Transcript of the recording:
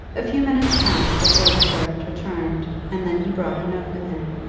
a few minutes passed before the servant returned, and then he brought a note with him.